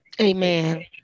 Amen